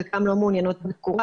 חלקן לא מעוניינות בתקורה,